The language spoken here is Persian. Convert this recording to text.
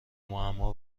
معما